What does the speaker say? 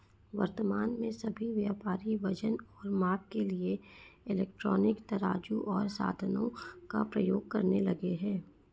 वर्तमान में सभी व्यापारी वजन और माप के लिए इलेक्ट्रॉनिक तराजू ओर साधनों का प्रयोग करने लगे हैं